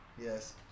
Yes